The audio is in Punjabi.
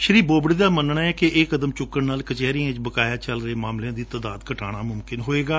ਸ਼੍ਰੀ ਬੋਬਡੇ ਦਾ ਮੰਨਣਾ ਹੈ ਕਿ ਇਹ ਕਦਮ ਚੁੱਕਣ ਨਾਲ ਕਚਹਿਰੀਆਂ ਵਿਚ ਬਕਾਇਆ ਚਲ ਰਹੇ ਮਾਮਲਿਆਂ ਦੀ ਤਾਦਾਦ ਘਟਾਊਣਾ ਮੁਮਕਿਨ ਹੋ ਸਕੇਗਾ